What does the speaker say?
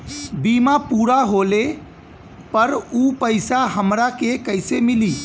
बीमा पूरा होले पर उ पैसा हमरा के कईसे मिली?